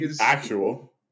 Actual